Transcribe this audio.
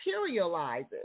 materializes